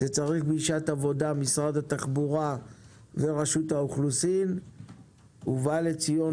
צריך פגישת עבודה של משרד התחבורה ורשות האוכלוסין ובא לציון גואל.